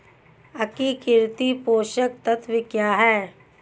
एकीकृत पोषक तत्व क्या है?